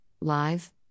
Live